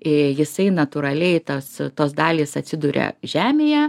i jisai natūraliai tas tos dalys atsiduria žemėje